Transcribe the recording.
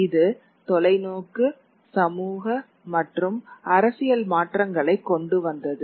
இது தொலைநோக்கு சமூக மற்றும் அரசியல் மாற்றங்களைக் கொண்டு வந்தது